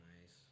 nice